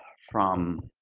from